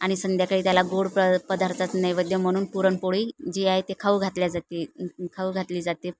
आणि संध्याकाळी त्याला गोड प पदार्थ नैवेद्य म्हणून पुरणपोळी जी आहे ते खाऊ घातली जाते खाऊ घातली जाते